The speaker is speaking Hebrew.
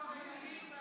תודה.